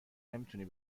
نمیتونی